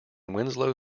winslow